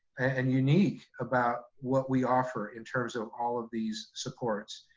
and unique about what we offer in terms of all of these supports.